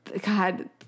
God